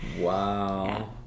Wow